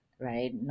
right